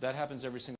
that happens every s